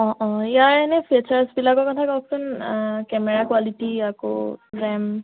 অঁ অঁ ইয়াৰ এনেই ফিচাৰ্চবিলাকৰ কথা কওকচোন কেমেৰা কোৱালিটী আকৌ ৰেম